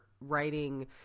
writing